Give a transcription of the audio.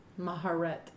Maharet